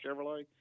chevrolet